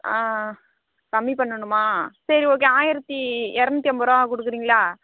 கம்மி பண்ணனுமா சரி ஓகே ஆயிரத்து இரணுத்திய எம்பதுரூபாவை கொடுக்குறீங்களா